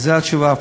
זו התשובה.